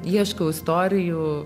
ieškau istorijų